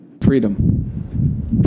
Freedom